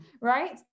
right